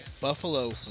buffalo